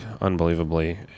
unbelievably